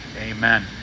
amen